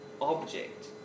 object